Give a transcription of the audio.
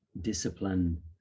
discipline